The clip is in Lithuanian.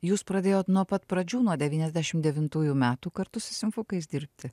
jūs pradėjot nuo pat pradžių nuo devyniasdešim devintųjų metų kartu su simfukais dirbti